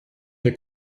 the